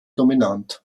dominant